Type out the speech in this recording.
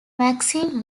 maxine